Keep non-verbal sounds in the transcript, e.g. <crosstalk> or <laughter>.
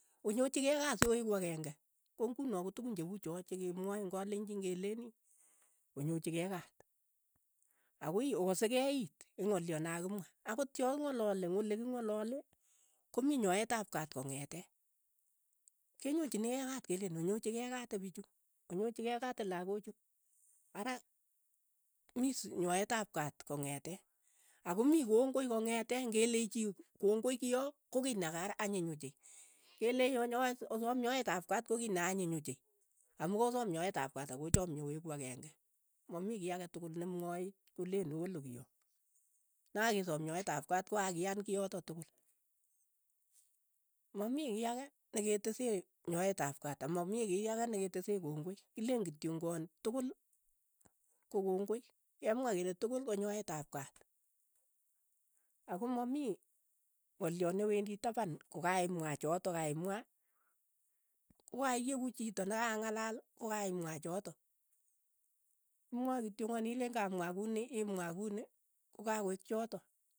Onyochikei kaat so eku akeng'e, ko nguno ko tukun che ucho chekemwae eng kalenjin keleen, onyochikei kaat, akoi, okasekei iit eng ng'alyo ne kakimwa, akot ya kikan'gali eng' oleking'alale komii nyoet ap kat kongete, kenyonginikei kaat keleen onyochikei kaat opichu, onyochikei kaat lakachu, ara miis nyoetap kaat kongete, ako mi kongoi kongete, ngeleech chii kongoi kiyo ko kiy nekara anyiny ochei. kelei onyoat osom nyoet ap kaat ko kiy ne anyiny ochei, amu kosam nyoet ap kat <noise> ak ochamie oeku akeng'e, mamii kiy ake tuul ne mwae koleen olo kiyo, taa kisom nyoet ap kaat kokakiyan kiyotok tukul, mamii kiy ake neketese nyoet ap kaat, a mamii kiy ake neketese kongoi, kileen kityongan tukun ko kongoi, kemwa kole tukul ko nyoeet ap kaat, ako mamii ng'olyo ne wendi tapan kokaimwaa chotokaimwaa, kokaieku chito na kang'alal kokaimwa chotok, imwae kityong'on ileen kamwaa kuuni, imwa kuuni, ko kakoeek chotok.